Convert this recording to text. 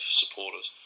supporters